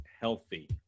healthy